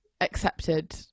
Accepted